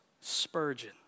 Spurgeon